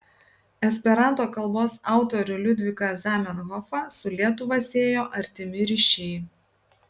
esperanto kalbos autorių liudviką zamenhofą su lietuva siejo artimi ryšiai